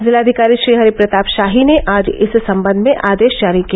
जिलाधिकारी श्रीहरि प्रताप शाही ने आज इस संबंध में आदेश जारी किया